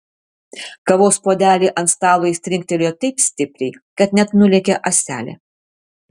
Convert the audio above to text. kavos puodelį ant stalo jis trinktelėjo taip stipriai kad net nulėkė ąselė